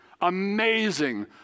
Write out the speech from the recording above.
amazing